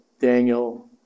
Daniel